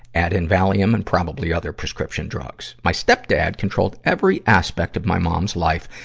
add in valium and probably other prescription drugs. my stepdad controlled every aspect of my mom's life,